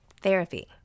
Therapy